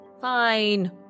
Fine